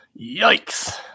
yikes